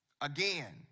Again